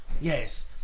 yes